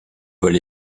vol